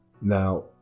Now